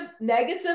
negative